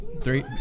Three